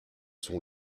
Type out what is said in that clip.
sont